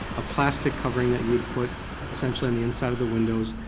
a plastic covering that you would put essentially on the inside of the windows.